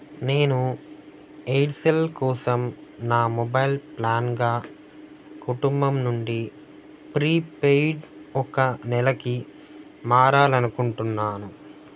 నేను ఎయిర్సెల్ కోసం నా మొబైల్ ప్లాన్గా కుటుంబం నుండి ప్రీపెయిడ్ ఒక నెలకి మారాలి అనుకుంటున్నాను